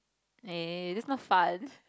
eh that's not fun